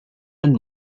and